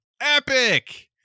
epic